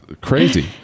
Crazy